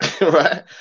right